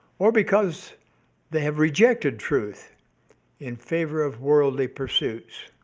or because they have rejected truth in favor of worldly pursuits.